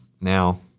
Now